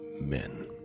men